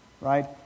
right